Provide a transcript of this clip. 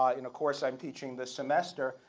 ah in a course i'm teaching this semester,